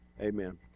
amen